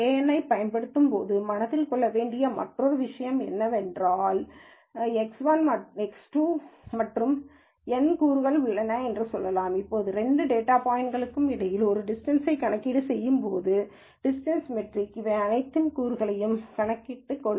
என் பயன்படுத்தும் போது மனதில் கொள்ள வேண்டிய மற்றொரு விஷயம் என்னவென்றால் எக்ஸ் 1 மற்றும் எக்ஸ் 2 மேலும் இதில் n கூறுகள் உள்ளன என்று சொல்லலாம் அப்போது இரண்டு டேட்டா பாய்ன்ட்களுக்கு இடையில் நீங்கள் ஒரு டிஸ்டன்ஸை கணக்கீடு செய்யும்போது டிஸ்டன்ஸ் மெட்ரிக் இவை அனைத்து கூறுகளையும் கணக்கில் எடுத்துக் கொள்ளும்